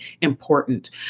important